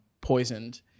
poisoned